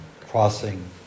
crossing